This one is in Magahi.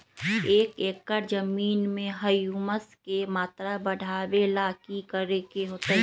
एक एकड़ जमीन में ह्यूमस के मात्रा बढ़ावे ला की करे के होतई?